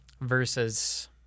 Versus